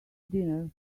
dinner